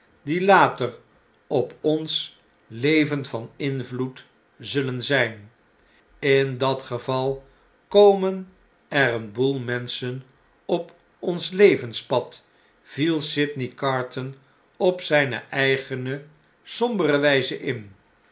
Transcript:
die later op ons leven van invloed zullen zyn s in dat geval komen er een boel menschen op ons levenspad viel sydney carton op zpe eigene sombere wjjze in